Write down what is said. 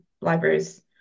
libraries